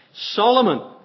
Solomon